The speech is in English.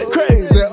Crazy